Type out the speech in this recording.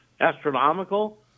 Astronomical